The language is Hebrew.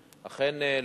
אכן,